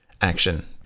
action